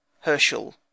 Herschel